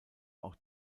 auch